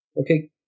Okay